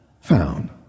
Found